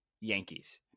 Yankees